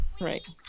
right